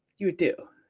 you do.